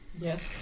Yes